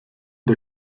der